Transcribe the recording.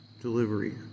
delivery